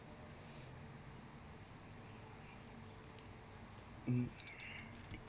mm